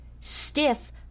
stiff